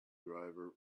driver